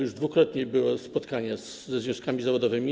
Już dwukrotnie było spotkanie ze związkami zawodowymi.